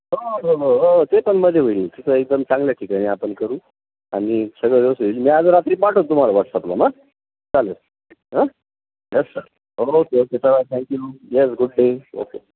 हो हो हो हो ते पण मध्ये होईल तिथं एकदम चांगल्या ठिकाणी आपण करू आणि सगळं मी आज रात्री पाठवतो तुम्हाला वॉट्सअपला मग चालेल हं यस सर ओके ओके चला thank you yes good day okay